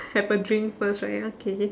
have a drink first right okay